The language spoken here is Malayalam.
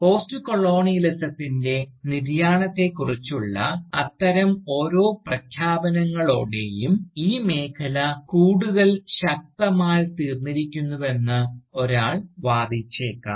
പോസ്റ്റ്കൊളോണിയലിസത്തിൻറെ നിര്യാണത്തെക്കുറിച്ചുള്ള അത്തരം ഓരോ പ്രഖ്യാപനങ്ങളോടെയും ഈ മേഖല കൂടുതൽ ശക്തമായിത്തീർന്നിരിക്കുന്നുവെന്ന് ഒരാൾ വാദിച്ചേക്കാം